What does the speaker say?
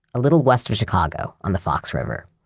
a little west of chicago, on the fox river.